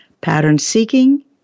pattern-seeking